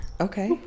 Okay